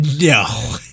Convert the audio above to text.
No